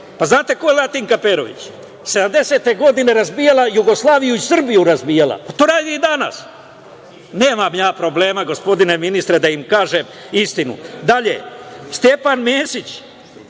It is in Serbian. Znate li ko je Latinka Perović? Sedamdesete godine razbijala je Jugoslaviju i Srbiju je razbijala. To radi i danas. Nemam ja problema, gospodine ministre, da im kažem istinu. Dalje, Stjepan Mesić.